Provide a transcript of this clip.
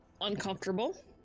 uncomfortable